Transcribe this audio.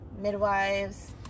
midwives